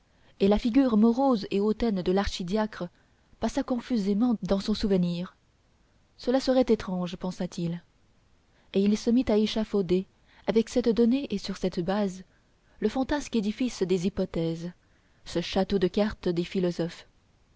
et la figure morose et hautaine de l'archidiacre passa confusément dans son souvenir cela serait étrange pensa-t-il et il se mit à échafauder avec cette donnée et sur cette base le fantasque édifice des hypothèses ce château de cartes des philosophes